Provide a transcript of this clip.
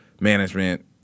management